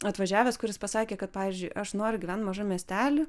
atvažiavęs kuris pasakė kad pavyzdžiui aš noriu gyvent mažam miestely